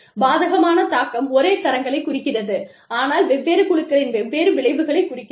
பாதகமான தாக்கம் ஒரே தரங்களைக் குறிக்கிறது ஆனால் வெவ்வேறு குழுக்களின் வெவ்வேறு விளைவுகளை குறிக்கிறது